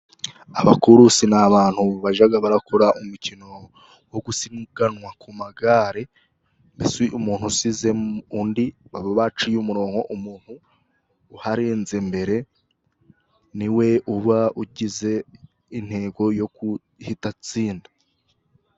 Abakurusi ni abantu bajya barakora umukino wo gusiganwa ku magare, mbese umuntu usize undi baba baciye umurongo ,umuntu uharenze mbere ,ni we uba ugize intego yo guhita atsinda.